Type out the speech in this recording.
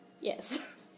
Yes